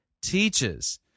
teaches